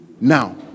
now